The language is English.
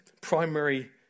primary